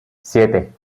siete